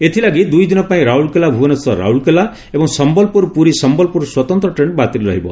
ଏଥିଲାଗି ଦୁଇ ଦିନ ପାଇଁ ରାଉରକେଲା ଭୁବନେଶ୍ୱର ରାଉରକେଲା ଏବଂ ସମ୍ୟଲପୁର ପୁରୀ ସମ୍ୟଲପୁର ସ୍ୱତନ୍ତ ଟ୍ରେନ୍ ବାତିଲ୍ ରହିବ